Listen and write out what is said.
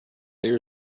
there